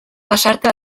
pasarte